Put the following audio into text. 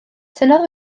tynnodd